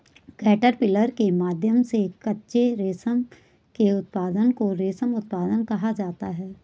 caterpillar के माध्यम से कच्चे रेशम के उत्पादन को रेशम उत्पादन कहा जाता है